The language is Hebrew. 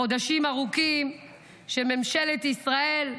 חודשים ארוכים שממשלת ישראל,